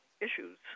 issues